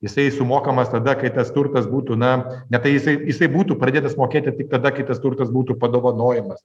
jisai sumokamas tada kai tas turtas būtų na ne tai jisai jisai būtų pradėtas mokėti tik tada kai tas turtas būtų padovanojamas